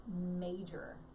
major